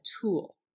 tool